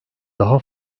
daha